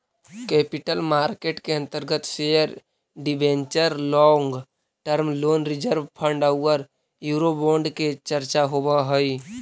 capital market के अंतर्गत share debenture long term loan reserve fund औउर यूरोबोंड के चर्चा होवऽ हई